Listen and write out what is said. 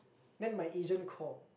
then my agent called